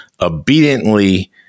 obediently